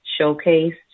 showcased